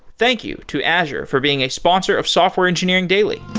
thank you to azure for being a sponsor of software engineering daily